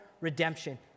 redemption